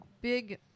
big